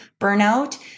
burnout